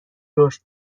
رشد